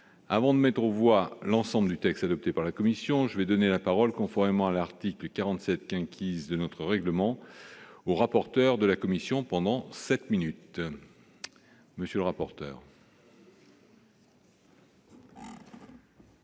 Avant de mettre aux voix l'ensemble du texte adopté par la commission, je vais donner la parole, conformément à l'article 47 quinquies de notre règlement au rapporteur de la commission pendant 7 minutes, monsieur le rapporteur.